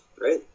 right